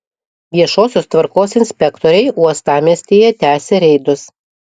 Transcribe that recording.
viešosios tvarkos inspektoriai uostamiestyje tęsia reidus